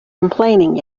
complaining